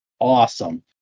awesome